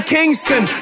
Kingston